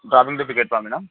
dropping to పికప్పా madam